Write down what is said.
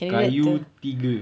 kayu tiga